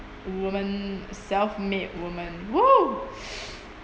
woman self-made woman !woo!